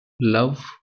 love